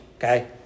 Okay